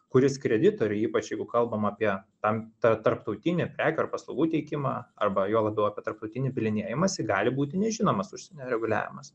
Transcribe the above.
kuris kreditoriui ypač jeigu kalbam apie tam ta tarptautinį prekių ar paslaugų teikimą arba juo labiau apie tarptautinį bylinėjimąsi gali būti nežinomas užsienio reguliavimas